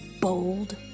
bold